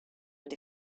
and